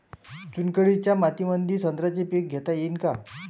चुनखडीच्या मातीमंदी संत्र्याचे पीक घेता येईन का?